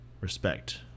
respect